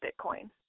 Bitcoin